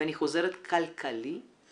ואני חוזרת, כלכלי,